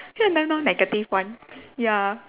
ya then now negative one ya